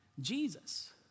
Jesus